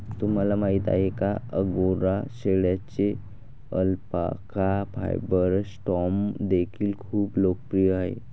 तुम्हाला माहिती आहे का अंगोरा शेळ्यांचे अल्पाका फायबर स्टॅम्प देखील खूप लोकप्रिय आहेत